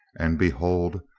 and, be hold,